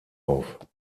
auf